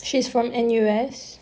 she's from N_U_S